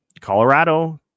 Colorado